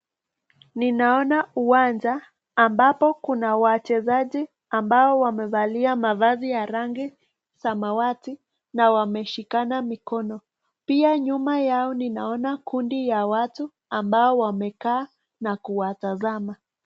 Ninaona uwanja ambapo kuna wachezaji ambao wamevalia mavazi ya rangi samawati na wameshikana mikono. Pia nyuma yao ninaona kundi ya watu ambao wamekaa na kuwatazama.